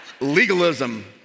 legalism